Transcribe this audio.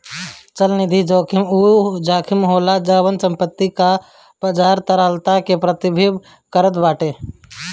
चलनिधि जोखिम उ जोखिम होला जवन की संपत्ति कअ बाजार के तरलता के प्रभावित करत बाटे